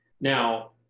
Now